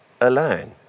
alone